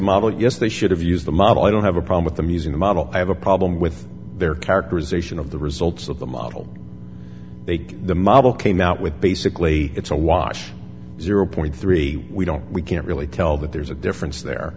model yes they should have used the model i don't have a problem with them using a model i have a problem with their characterization of the results of the model they take the model came out with basically it's a wash zero point three we don't we can't really tell that there's a difference there